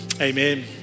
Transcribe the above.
Amen